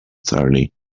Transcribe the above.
thoroughly